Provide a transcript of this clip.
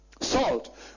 Salt